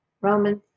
Romans